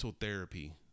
therapy